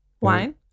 Wine